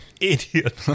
idiot